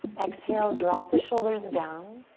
exhale, drop the shoulders down.